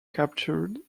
captured